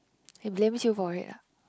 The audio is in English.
he blames you for it ah